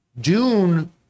Dune